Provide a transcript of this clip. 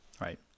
right